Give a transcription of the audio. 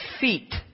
feet